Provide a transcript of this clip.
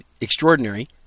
extraordinary